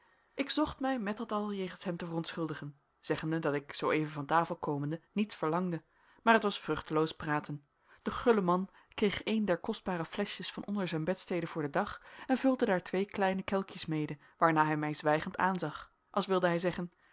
ik zocht mij met dat al jegens hem te verontschuldigen zeggende dat ik zooeven van tafel komende niets verlangde maar het was vruchteloos praten de gulle man kreeg een der kostbare fleschjes van onder zijn bedstede voor den dag en vulde daar twee kleine kelkjes mede waarna hij mij zwijgend aanzag als wilde hij zeggen